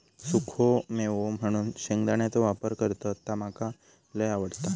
सुखो मेवो म्हणून शेंगदाण्याचो वापर करतत ता मका लय आवडता